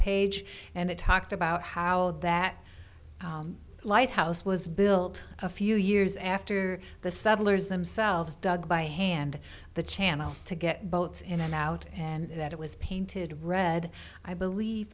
page and it talked about how that lighthouse was built a few years after the seven years them selves dug by hand the channel to get boats in and out and that it was painted red i believe